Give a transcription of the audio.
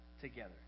together